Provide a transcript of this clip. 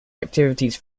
activities